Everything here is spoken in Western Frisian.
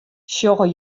sjogge